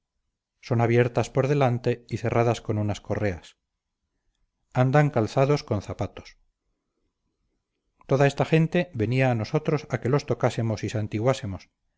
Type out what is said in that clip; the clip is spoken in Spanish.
son abiertas por delante y cerradas con unas correas andan calzados con zapatos toda esta gente venía a nosotros a que los tocásemos y